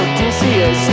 Odysseus